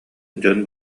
дьон